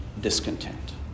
discontent